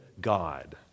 God